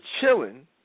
chilling